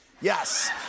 Yes